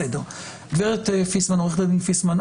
עו"ד פיסמן,